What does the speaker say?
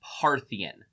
Parthian